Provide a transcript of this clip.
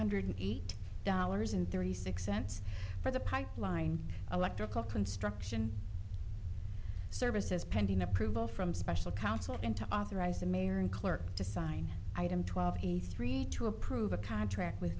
hundred eight dollars and thirty six cents for the pipeline electrical construction services pending approval from special council into authorized the mayor and clerk to sign item twelve eighty three to approve a contract with